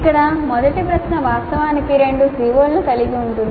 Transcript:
ఇక్కడ మొదటి ప్రశ్న వాస్తవానికి రెండు CO లను కలిగి ఉంది